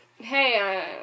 hey